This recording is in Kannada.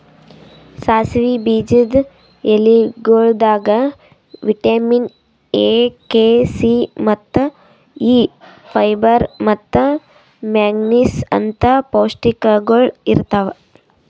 ಸಾಸಿವಿ ಬೀಜದ ಎಲಿಗೊಳ್ದಾಗ್ ವಿಟ್ಯಮಿನ್ ಎ, ಕೆ, ಸಿ, ಮತ್ತ ಇ, ಫೈಬರ್ ಮತ್ತ ಮ್ಯಾಂಗನೀಸ್ ಅಂತ್ ಪೌಷ್ಟಿಕಗೊಳ್ ಇರ್ತಾವ್